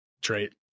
trait